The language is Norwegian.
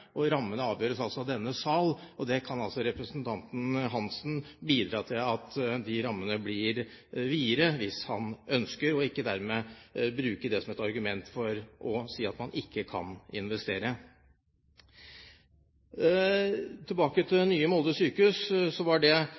Rammene avgjøres av denne sal, og representanten Geir-Ketil Hansen kan bidra til at de rammene blir videre hvis han ønsker, og ikke dermed bruke det som et argument for å si at man ikke kan investere. Tilbake til nye Molde sykehus: Det var nok en utsettelse hvor argumentet var at det